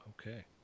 Okay